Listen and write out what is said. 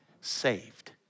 saved